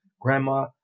Grandma